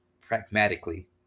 pragmatically